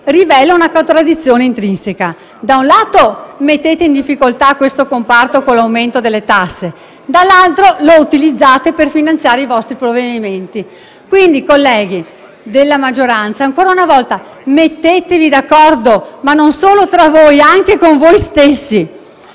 rivela una contraddizione intrinseca: da un lato, mettete in difficoltà questo comparto con l'aumento delle tasse; dall'altro, lo utilizzate per finanziare i vostri provvedimenti. Quindi, colleghi della maggioranza, ancora una volta mettetevi d'accordo non solo tra di voi, ma anche con voi stessi.